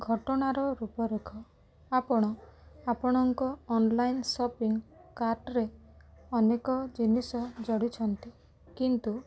ଘଟଣାର ରୂପରେଖ ଆପଣ ଆପଣଙ୍କ ଅନଲାଇନ୍ ସପିଙ୍ଗ୍ କାର୍ଟରେ ଅନେକ ଜିନିଷ ଜଡ଼ୁଛନ୍ତି କିନ୍ତୁ